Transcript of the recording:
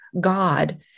God